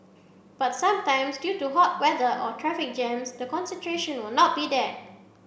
but sometimes due to hot weather or traffic jams the concentration will not be there